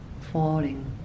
falling